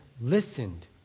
listened